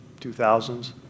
2000s